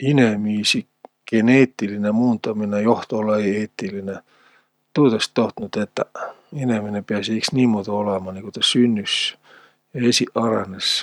Inemiisi geneetiline muundaminõ joht olõ-õi eetiline. Tuud es tohtnuq tetäq. Inemine piäsiq iks niimuudu olõma, nigu tä sünnüs, esiq arõnõs.